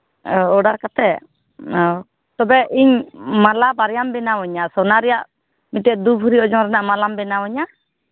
ᱚᱻ ᱚᱰᱟᱨ ᱠᱟᱛᱮᱫ ᱚ ᱛᱚᱵᱮ ᱤᱧ ᱢᱟᱞᱟ ᱵᱟᱨᱭᱟᱢ ᱵᱮᱱᱟᱣ ᱤᱧᱟᱹ ᱥᱳᱱᱟ ᱨᱮᱭᱟᱜ ᱢᱤᱫᱴᱮᱱ ᱫᱩ ᱵᱷᱚᱨᱤ ᱚᱡᱳᱱ ᱨᱮᱭᱟᱜ ᱢᱟᱞᱟᱢ ᱵᱮᱱᱟᱣ ᱤᱧᱟᱹ